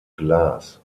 glas